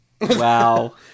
Wow